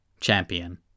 champion